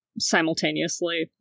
simultaneously